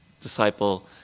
disciple